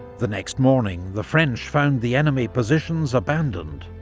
the next morning the french found the enemy positions abandoned.